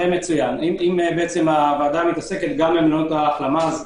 אם הוועדה מתעסקת גם במלונות ההחלמה,